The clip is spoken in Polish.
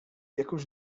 jakąś